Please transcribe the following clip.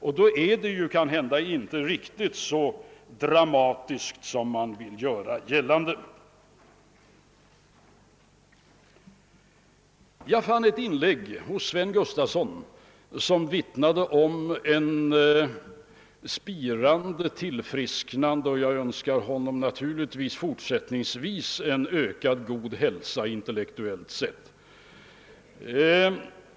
Och då är felräkningarna kanske inte riktigt så dramatiska som man vill göra gällande. | Jag fann ett avsnitt i herr Sven Gustafsons anförande vittna om ett spirande tillfrisknande, och jag önskar honom naturligtvis i fortsättningen en ökad god hälsa intellektuellt sett.